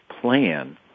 plan